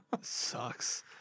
sucks